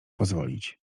pozwolić